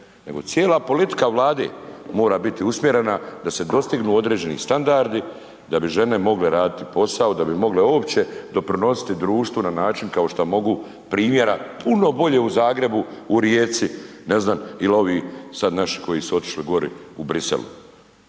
cijela politika vlade mora biti usmjerena da se dostignu određeni standardi da bi žene mogle raditi posao da bi mogle uopće doprinositi društvu na način kao što mogu primjera puno bolje u Zagrebu, u Rijeci, ne znam il ovi sad naši koji su otišli gori u Bruxellesu.